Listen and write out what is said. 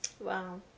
Wow